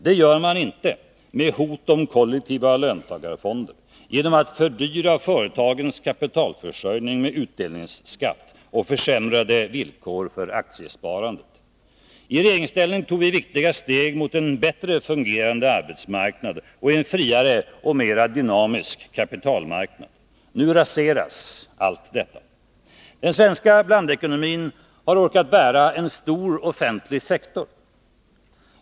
Det gör man inte med hot om kollektiva löntagarfonder, genom att fördyra företagens kapitalförsörjning med utdelningsskatt och försämrade villkor för aktiesparandet. I regeringsställning tog vi viktiga steg mot en bättre fungerande arbetsmarknad och en friare och mera dynamisk kapitalmarknad. Nu raseras allt detta. Den svenska blandekonomin har orkat bära en stor offentlig sektor.